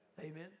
Amen